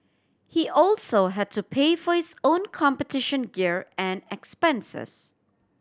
he also had to pay for his own competition gear and expenses